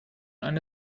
eine